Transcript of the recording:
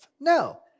No